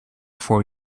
for